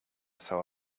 saw